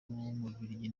w’umubiligi